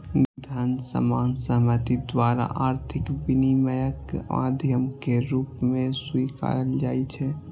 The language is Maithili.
धन सामान्य सहमति द्वारा आर्थिक विनिमयक माध्यम के रूप मे स्वीकारल जाइ छै